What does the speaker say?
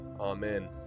Amen